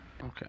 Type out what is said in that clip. Okay